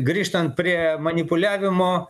grįžtant prie manipuliavimo